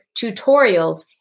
tutorials